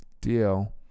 deal